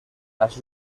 las